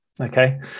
Okay